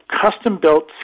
custom-built